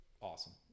awesome